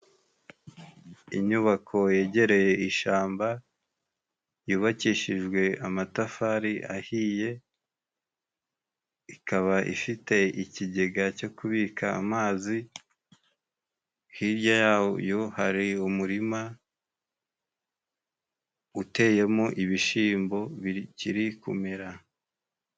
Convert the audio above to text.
Inyubako yegereye ishamba yubakishijwe amatafari ahiye, ikaba ifite ikigega cyo kubika amazi. Hirya yayo hari umurima uteyemo ibishimbo bikiri kumera.